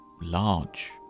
large